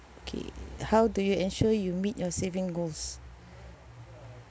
okay how do you ensure you meet your saving goals